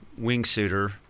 wingsuiter